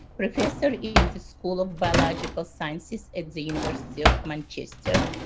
professor in the school of biological sciences at the university of manchester.